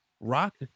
Rock